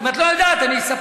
אם את לא יודעת, אני אספר.